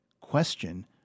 question